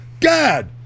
God